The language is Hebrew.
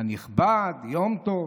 הנכבד יום טוב,